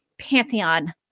pantheon